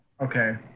Okay